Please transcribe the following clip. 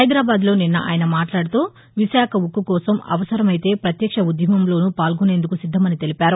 హైదరాబాద్లో నిన్న ఆయన మాట్లాదుతూ విశాఖ ఉక్కు కోసం అవసరమైతే పత్యక్ష ఉద్యమంలోనూ పాల్గొనేందుకు సిద్దమని తెలిపారు